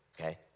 Okay